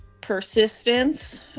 persistence